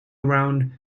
around